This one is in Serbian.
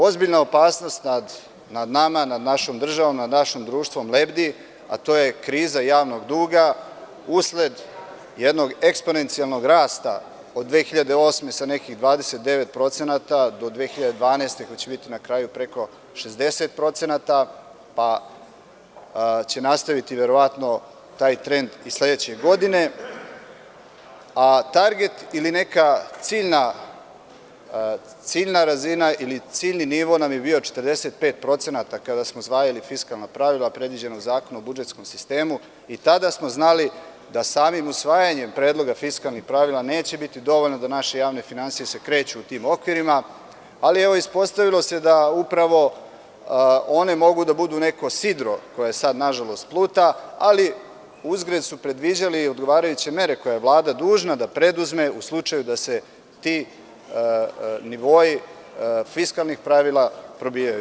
Ozbiljna opasnost nad nama, nad našom državom nad našim društvom lebdi, a to je kriza javnog duga usled jednog eksponencijalnog rasta od 2008. sa nekih 29% do 2012. godine, koji biti na kraju preko 60%, pa će nastaviti verovatno taj trend i sledeće godine, a target ili neka ciljna razina ili ciljni nivo nam je bio 45% kada smo usvajali fiskalna pravila predviđenog Zakona o budžetskom sistemu i tada smo znali da samim usvajanjem Predloga fiskalnih pravila neće biti dovoljno da naše javne finansije se kreću u tim okvirima, ali, evo, ispostavilo se da upravo one mogu da budu neko sidro koje sad nažalost pluta, ali uzgred su predviđali odgovarajuće mere koje je Vlada dužna da preduzme u slučaju da se ti nivoi fiskalnih pravila probijaju.